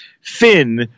Finn